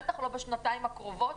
בטח לא בשנתיים הקרובות,